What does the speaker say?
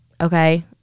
okay